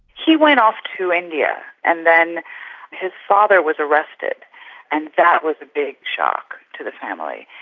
he went off to india and then his father was arrested and that was a big shock to the family.